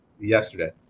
Yesterday